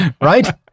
right